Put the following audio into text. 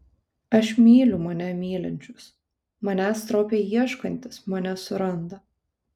aš myliu mane mylinčius manęs stropiai ieškantys mane suranda